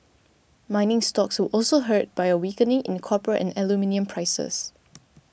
mining stocks were also hurt by a weakening in copper and aluminium prices